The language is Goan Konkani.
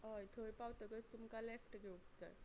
हय थंय पावतकच तुमकां लॅफ्ट घेवंक जाय